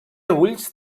ulls